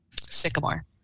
sycamore